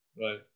Right